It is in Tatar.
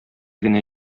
генә